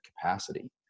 capacity